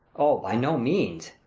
o, by no means.